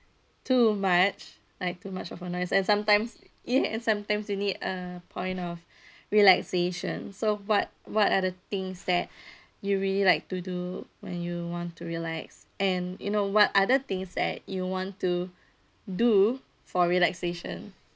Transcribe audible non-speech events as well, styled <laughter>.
too much like too much of a noise and sometimes yes sometimes you need uh point of relaxation so what what are the things that <breath> you really like to do when you want to relax and you know what other things that you want to do for relaxation